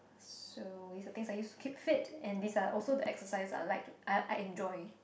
so is the things I use to keep fit and these are also the exercise I'll like to I I enjoy